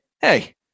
Hey